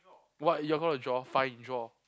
what you are gonna draw five in draw